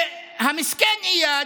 והמסכן איאד,